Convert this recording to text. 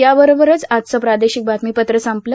याबरोबरच आजचं प्रार्दोशक बातमीपत्र संपलं